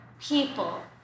people